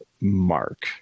Mark